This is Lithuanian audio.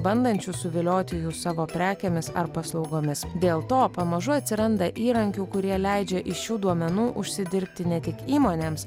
bandančių suvilioti jus savo prekėmis ar paslaugomis dėl to pamažu atsiranda įrankių kurie leidžia iš šių duomenų užsidirbti ne tik įmonėms